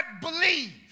believe